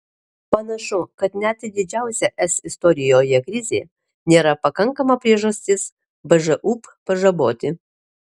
panašu kad net ir didžiausia es istorijoje krizė nėra pakankama priežastis bžūp pažaboti